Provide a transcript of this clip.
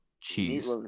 Cheese